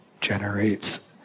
generates